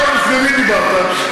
אתה, לפני מי דיברת?